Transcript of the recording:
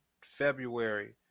February